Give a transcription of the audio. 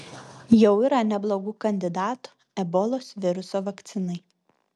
jau yra neblogų kandidatų ebolos viruso vakcinai